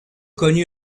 connu